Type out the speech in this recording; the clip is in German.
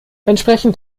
entsprechend